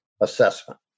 assessment